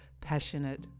passionate